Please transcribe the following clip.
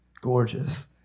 gorgeous